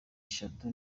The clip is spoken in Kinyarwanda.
eshatu